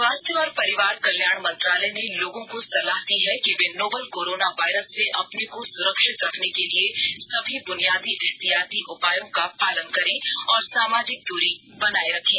स्वास्थ्य और परिवार कल्याण मंत्रालय ने लोगों को सलाह दी है कि वे नोवल कोरोना वायरस से अपने को सुरक्षित रखने के लिए सभी बुनियादी एहतियाती उपायों का पालन करें और सामाजिक दूरी बनाए रखें